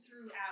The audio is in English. throughout